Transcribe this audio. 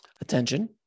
Attention